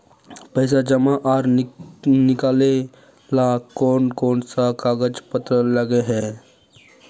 पैसा जमा आर निकाले ला कोन कोन सा कागज पत्र लगे है?